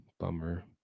Bummer